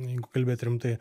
jeigu kalbėt rimtai